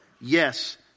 Yes